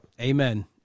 Amen